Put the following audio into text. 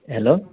hello